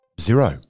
Zero